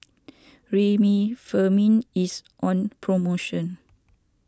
Remifemin is on promotion